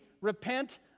Repent